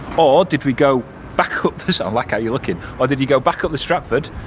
or did we go back up this. i like how you're looking. or did you go back up the stratford.